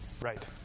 Right